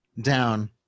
down